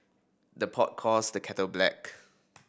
the pot calls the kettle black